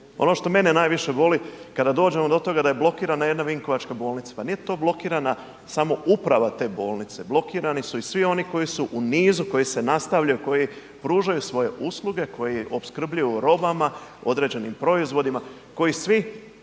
Ono što mene najviše boli, kad dođemo do toga da je blokirana jedna Vinkovačka bolnica, pa nije to blokirana samo uprava te bolnice, blokirani su i svi oni koji su u nizu, koji se nastavljaju, koji pružaju svoje usluge, koji opskrbljuju robama, određenim proizvodima koji svi